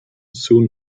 soon